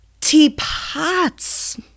Teapots